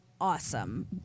awesome